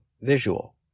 visual